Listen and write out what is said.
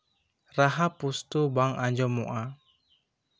ᱨᱟᱦᱟ ᱯᱩᱥᱴᱟᱹᱣ ᱵᱟᱝ ᱟᱸᱡᱚᱢᱚᱜᱼᱟ